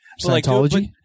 Scientology